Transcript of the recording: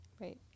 Right